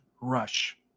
Rush